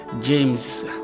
James